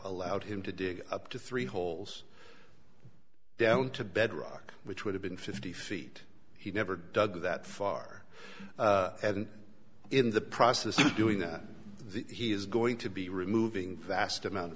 allowed him to dig up to three holes down to bedrock which would have been fifty feet he never dug that far in the process of doing that he is going to be removing vast amount of